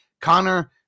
Connor